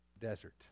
desert